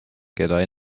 keda